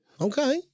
okay